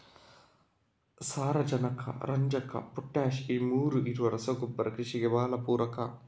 ಸಾರಾಜನಕ, ರಂಜಕ, ಪೊಟಾಷ್ ಈ ಮೂರೂ ಇರುವ ರಸಗೊಬ್ಬರ ಕೃಷಿಗೆ ಭಾಳ ಪೂರಕ